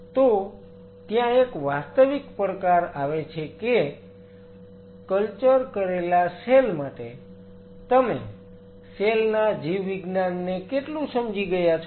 તો ત્યાં એક વાસ્તવિક પડકાર આવે છે કે કલ્ચર કરેલા સેલ માટે તમે સેલ ના જીવવિજ્ઞાનને કેટલું સમજી ગયા છો